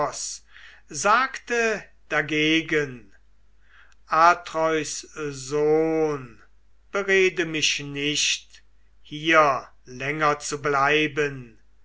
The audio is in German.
sagte dagegen atreus sohn berede mich nicht hier länger zu bleiben